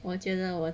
我觉得我